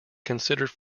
considered